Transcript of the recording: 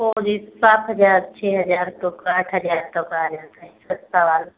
वह भी सात हज़ार छह हज़ार तक आठ हज़ार तक आ जाता है सस्ता वाला